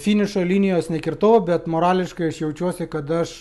finišo linijos nekirtau bet morališkai aš jaučiuosi kad aš